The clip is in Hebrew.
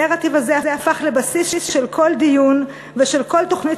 הנרטיב הזה הפך לבסיס של כל דיון ושל כל תוכנית